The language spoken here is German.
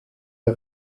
der